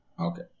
Okay